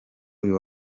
uyu